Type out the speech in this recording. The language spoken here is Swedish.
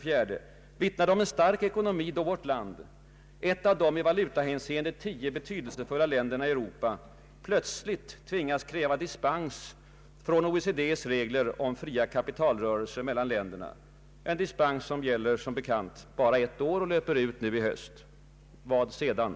4) Vittnar det om en stark ekonomi då vårt land, ett av de i valutahänseende tio betydelsefulla länderna i Europa, plötsligt tvingas kräva dispens från OECD:s regler om fria kapitalrörelser mellan länderna, en dispens vilken som bekant gäller bara ett år och löper ut nu i höst? Vad sedan?